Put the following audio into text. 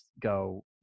go